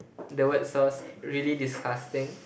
the word sauce really disgusting